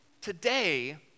Today